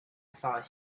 thought